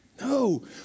No